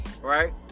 right